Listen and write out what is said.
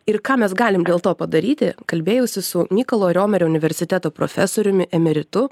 ir ką mes galim dėl to padaryti kalbėjausi su mykolo romerio universiteto profesoriumi emeritu